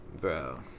Bro